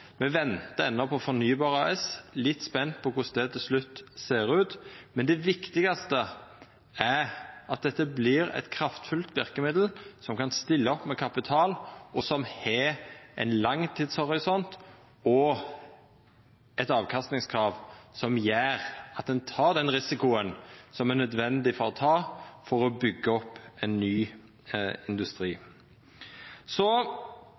Me ventar enno på Fornybar AS. Me er litt spente på korleis det til slutt ser ut. Men det viktigaste er at dette vert eit kraftfullt verkemiddel som kan stilla opp med kapital, og som har ein lang tidshorisont og eit avkastingskrav som gjer at ein tek den risikoen som det er nødvendig å ta for å byggja opp ein ny industri.